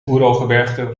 oeralgebergte